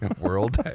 world